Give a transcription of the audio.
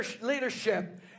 leadership